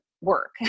work